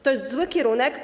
To jest zły kierunek.